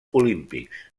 olímpics